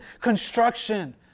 construction